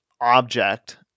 object